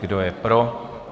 Kdo je pro?